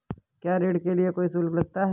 क्या ऋण के लिए कोई शुल्क लगता है?